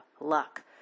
luck